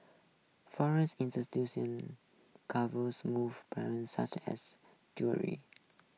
foreign covers move parents such as jewellery